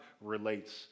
relates